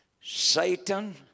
Satan